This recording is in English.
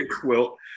quilt